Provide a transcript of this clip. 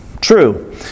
True